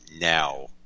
now